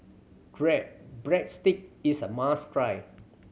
breadstick is a must try